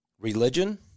religion